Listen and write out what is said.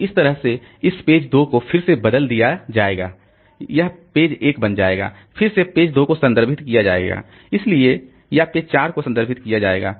तो इस तरह से इस पेज 2 को फिर से बदल दिया जाएगा यह पेज 1 बन जाएगा फिर से पेज 2 को संदर्भित किया जाएगा इसलिए या पेज 4 को संदर्भित किया जाएगा